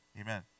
Amen